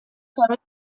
current